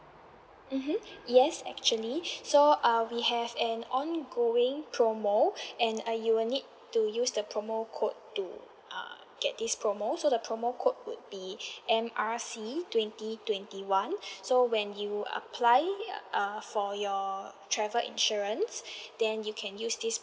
mmhmm yes actually so uh we have an ongoing promo and uh you will need to use the promo code to uh get this promo so the promo code would be M R C twenty twenty one so when you apply uh for your travel insurance then you can use this